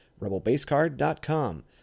rebelbasecard.com